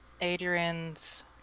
Adrian's